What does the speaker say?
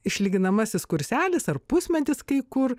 išlyginamasis kurselis ar pusmetis kai kur